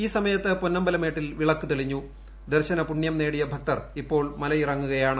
ഈ സമയത്ത് പൊന്നമ്പലമേട്ടിൽ വിളക്ക് തെളിഞ്ഞുപ്പ് ദർശനപുണ്യം നേടിയ ഭക്തർ ഇപ്പോൾ മലയിറങ്ങുകയാണ്